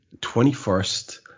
21st